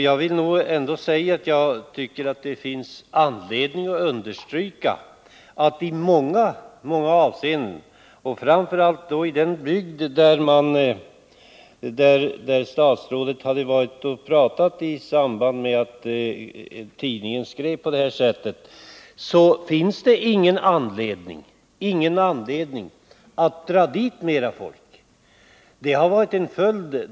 Jag vill understryka att det i många fall inte finns anledning att dra mer folk till jordeller skogsbruksbygder — framför allt inte till den bygd där statsrådet hade varit och talat i samband med tidningens skriverier.